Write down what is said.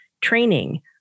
training